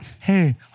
hey